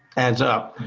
adds up.